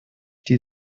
die